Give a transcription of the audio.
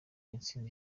intsinzi